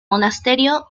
monasterio